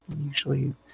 usually